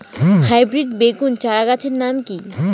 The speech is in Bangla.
হাইব্রিড বেগুন চারাগাছের নাম কি?